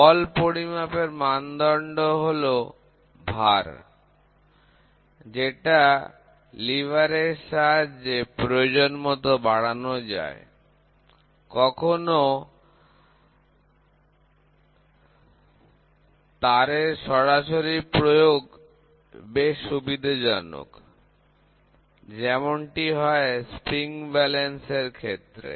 বল পরিমাপের মানদণ্ড হল ভার যেটা লিভারের সাহায্যে প্রয়োজনমতো বাড়ানো যায় কখনো ভার এর সরাসরি প্রয়োগ বেশ সুবিধাজনক যেমনটি হয় স্প্রিং ব্যালেন্স এর ক্ষেত্রে